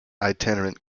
itinerant